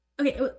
Okay